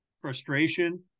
frustration